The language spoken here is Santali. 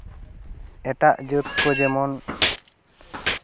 ᱮᱴᱟᱜ ᱡᱟᱹᱛ ᱠᱚ ᱡᱮᱢᱚᱱ